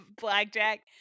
blackjack